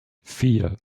vier